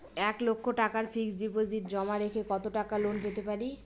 এক লক্ষ টাকার ফিক্সড ডিপোজিট জমা রেখে কত টাকা লোন পেতে পারি?